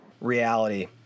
Reality